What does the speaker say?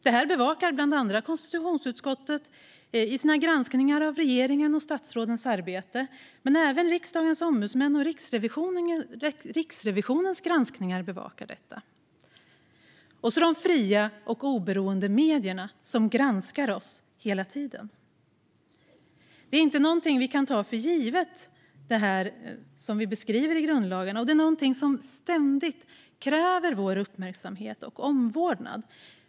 Detta bevakar bland annat konstitutionsutskottet i sina granskningar av regeringens och statsrådens arbete, men även riksdagens ombudsmän och Riksrevisionens granskningar bevakar det. Det gör även de fria och oberoende medierna, som granskar oss hela tiden. Det som beskrivs i grundlagen är inte något vi kan ta för givet, utan det är något som ständigt kräver vår uppmärksamhet och omvårdnad.